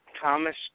Thomas